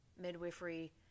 midwifery